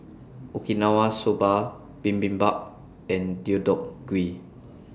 Okinawa Soba Bibimbap and Deodeok Gui